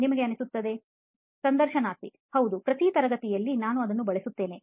ನಿಮಗೆ ಅನಿಸುತ್ತದೆ ಸಂದರ್ಶನಾರ್ಥಿ ಹೌದು ಪ್ರತಿ ತರಗತಿಯಲ್ಲೂ ನಾನು ಅದನ್ನು ಬಳಸುತ್ತೇನೆ